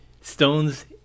Stone's